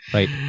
Right